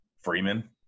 freeman